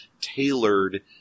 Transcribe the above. tailored